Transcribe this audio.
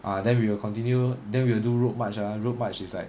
ah then we will continue then we'll do road march ah road march is like